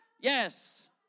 Yes